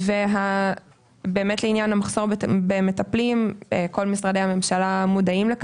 כל משרדי הממשלה מודעים למחסור במטפלים,